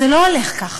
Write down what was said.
זה לא הולך כך